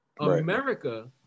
America